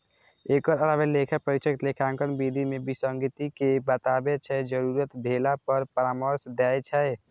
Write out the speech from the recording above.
एकर अलावे लेखा परीक्षक लेखांकन विधि मे विसंगति कें बताबै छै, जरूरत भेला पर परामर्श दै छै